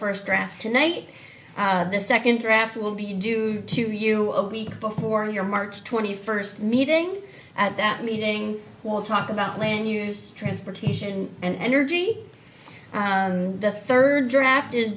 first draft tonight the second draft will be due to you of me before your march twenty first meeting at that meeting will talk about land use transportation and energy the third draft